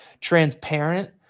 transparent